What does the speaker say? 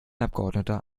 abgeordneter